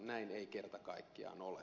näin ei kerta kaikkiaan ole